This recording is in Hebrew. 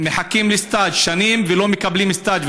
מחכים לסטאז' שנים ולא מקבלים סטאז'.